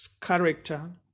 character